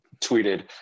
tweeted